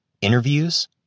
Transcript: interviews